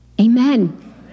Amen